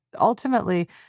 ultimately